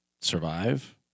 survive